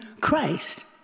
Christ